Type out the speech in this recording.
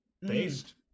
Based